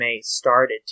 started